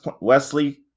Wesley